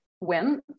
went